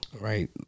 right